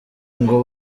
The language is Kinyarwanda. ngo